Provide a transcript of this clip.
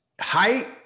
Height